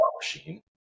machine